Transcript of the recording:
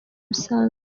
busanzwe